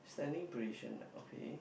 standing position okay